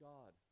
God